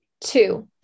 two